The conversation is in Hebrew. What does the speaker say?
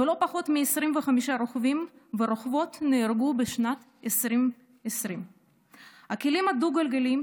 ולא פחות מ-25 רוכבים ורוכבות נהרגו בשנת 2020. הכלים הדו-גלגליים,